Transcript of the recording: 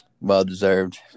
Well-deserved